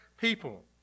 people